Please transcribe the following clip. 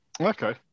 Okay